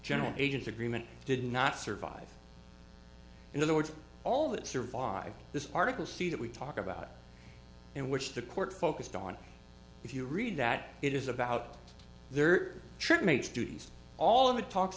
general agents agreement did not survive in other words all that survived this article see that we talk about in which the court focused on if you read that it is about their trip made students all of the talks